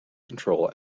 control